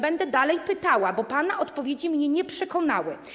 Będę dalej pytała, bo pana odpowiedzi mnie nie przekonały.